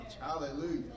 Hallelujah